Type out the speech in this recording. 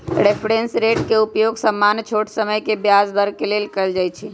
reference rate के उपयोग सामान्य छोट समय के ब्याज दर के लेल कएल जाइ छइ